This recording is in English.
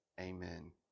Amen